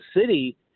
city